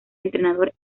entrenador